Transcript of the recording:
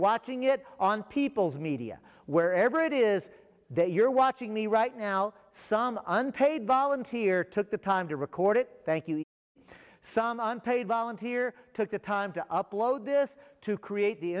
watching it on people's media wherever it is that you're watching me right now some unpaid volunteer took the time to record it thank you some unpaid volunteer took the time to upload this to create the